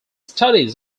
studies